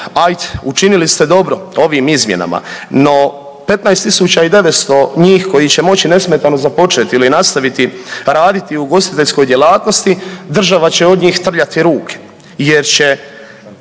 ajd, učinili ste dobro ovim izmjenama, no 15.900 njih koji će moći nesmetano započeti ili nastaviti raditi u ugostiteljskoj djelatnosti država će od njih trljati ruke jer će